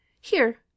Here